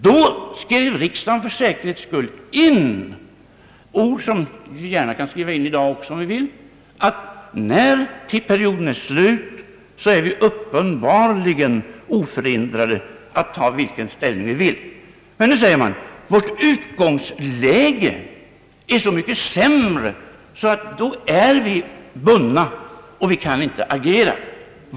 Då skrev riksdagen för säkerhets skull in ord som vi gärna kan skriva in också i dag, nämligen att när perioden är slut är vi uppenbarligen oförhindrade att ta vilken ställning vi vill. Men nu säger man att vårt utgångsläge är så mycket sämre, och därför är vi bundna och kan inte agera.